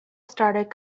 started